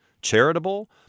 charitable